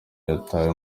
yatawe